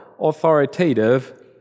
authoritative